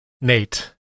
Nate